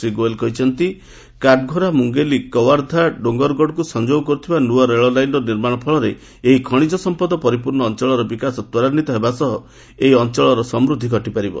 ଶ୍ରୀ ଗୋୟଲ୍ କହିଛନ୍ତି କାଟଘୋରା ମୁଙ୍ଗେଲି କାୱର୍ଦ୍ଧା ଡୋଙ୍ଗରଗଡ଼କୁ ସଂଯୋଗ କରୁଥିବା ନୂଆ ରେଳଲାଇନ୍ର ନିର୍ମାଣ ଫଳରେ ଏହି ଖଣିଜ ସମ୍ପଦ ପରିପୂର୍ଣ୍ଣ ଅଞ୍ଚଳର ବିକାଶ ତ୍ୱରାନ୍ୱିତ ହେବା ସହ ଏହି ଅଞ୍ଚଳର ସମୃଦ୍ଧି ଘଟିପାରିବ